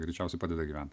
greičiausiai padeda gyvent